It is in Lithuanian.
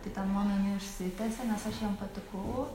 tai ten mano jinai užsitęsė nes aš jiem patikau